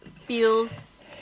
feels